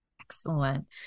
Excellent